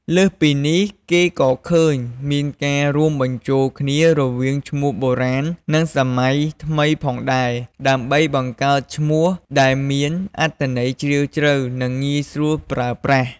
លើសពីនេះ គេក៏ឃើញមានការរួមបញ្ចូលគ្នារវាងឈ្មោះបុរាណ និងសម័យថ្មីផងដែរ ដើម្បីបង្កើតឈ្មោះដែលមានអត្ថន័យជ្រាលជ្រៅ និងងាយស្រួលប្រើប្រាស់។